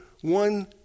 one